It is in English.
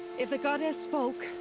if the goddess spoke.